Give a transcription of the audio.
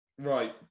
Right